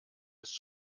ist